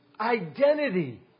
identity